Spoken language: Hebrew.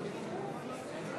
שמעוניין,